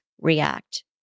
react